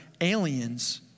aliens